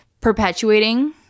perpetuating